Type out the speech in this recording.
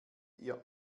ihr